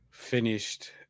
Finished